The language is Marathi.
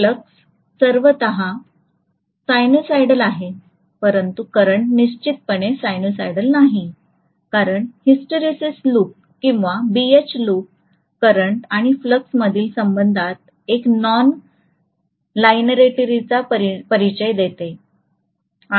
फ्लक्स सर्वथा साइनसॉइडल आहे परंतु करंट निश्चितपणे साइनसॉइडल नाही कारण हिस्टरेसिस लूप किंवा BH लूप करंट आणि फ्लक्समधील संबंधात एक नॉनलाइनरेटीचा परिचय देते